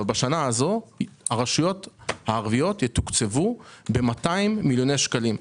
הרשויות הערביות יתוקצבו ב-200 מיליוני שקלים.